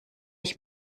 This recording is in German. ich